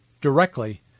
directly